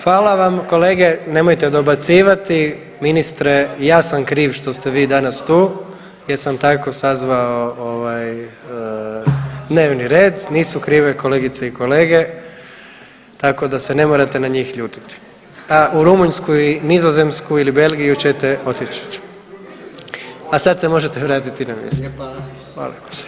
Hvala vam kolege, nemojte dobacivati, ministre, ja sam kriv što ste vi danas tu jer sam tako sazvao ovaj dnevni red, nisu krive kolegice i kolege, tako da se ne morate na njih ljutiti, a u Rumunjsku i Nizozemsku ili Belgiju ćete otići, a sad se možete vratiti na mjesto [[Upadica Grlić Radman: Hvala lijepa]] Hvala.